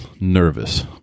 nervous